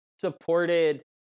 Supported